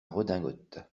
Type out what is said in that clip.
redingote